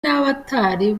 n’abatari